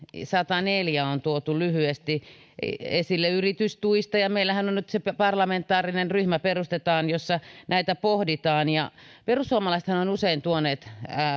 sataneljä on tuotu lyhyesti esille yritystuet ja meillähän nyt se parlamentaarinen ryhmä perustetaan jossa näitä pohditaan perussuomalaisethan ovat usein tuoneet